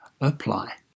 apply